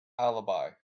alibi